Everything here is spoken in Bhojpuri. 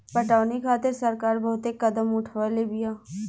पटौनी खातिर सरकार बहुते कदम उठवले बिया